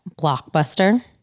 Blockbuster